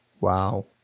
Wow